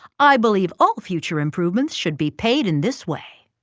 i believe all future improvements should be paid in this way.